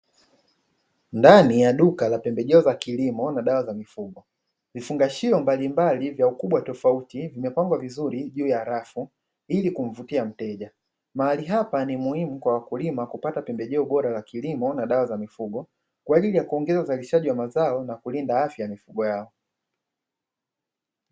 Ndani ya duka la pembejeo za kilimo na dawa za mifugo, vifungashio mbalimbali vya ukubwa tofauti vimepangwa vizuri juu ya rafu ili kumvutia mteja. Mahali hapa ni muhimu kwa wakulima kupata pembejeo bora za kilimo na dawa za mifugo kwa ajili ya kuongeza uzalishaji wa mazao na kulinda afya ya mifugo yao.